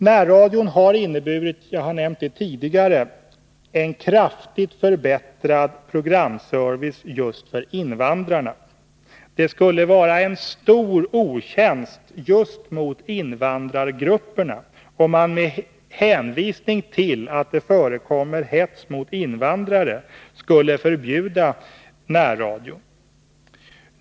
Närradion har inneburit — jag har nämnt det tidigare — en kraftigt förbättrad programservice just för invandrarna. Det skulle vara en stor otjänst mot just invandrargrupperna, om man med hänvisning till att det förekommer hets mot invandrare skulle förbjuda närradion.